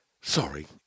Sorry